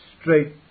straight